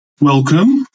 Welcome